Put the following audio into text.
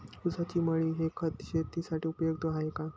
ऊसाची मळी हे खत शेतीसाठी उपयुक्त आहे का?